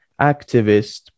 activist